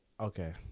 Okay